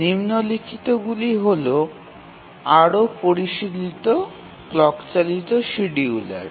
নিম্নলিখিতগুলি হল আরও পরিশীলিত ক্লক চালিত শিডিয়ুলার